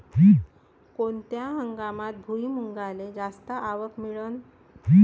कोनत्या हंगामात भुईमुंगाले जास्त आवक मिळन?